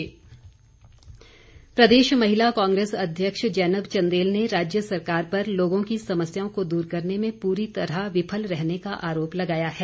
जैनब चंदेल प्रदेश महिला कांग्रेस अध्यक्ष जैनब चंदेल ने राज्य सरकार पर लोगों की समस्याओं को दूर करने में पूरी तरह विफल रहने का आरोप लगाया है